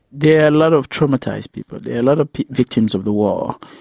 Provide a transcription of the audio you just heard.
yeah a lot of traumatised people, there are a lot of victims of the war,